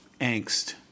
angst